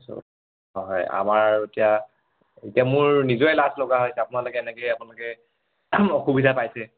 চ' হয় আমাৰ এতিয়া এতিয়া মোৰ নিজৰে লাজ লগা হৈছে আপোনালোকে এনেকৈ আপোনালোকে অসুবিধা পাইছে